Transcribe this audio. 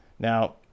Now